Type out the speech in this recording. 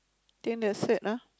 think that's it ah